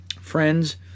Friends